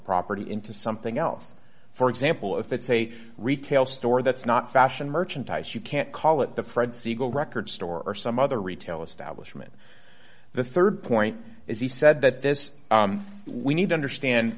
property in something else for example if it's a retail store that's not fashion merchandise you can't call it the fred siegel record store or some other retail establishment the rd point is he said that this we need to understand